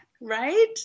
right